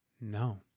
No